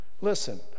Listen